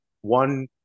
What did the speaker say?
one